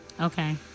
Okay